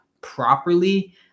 properly